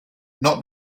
not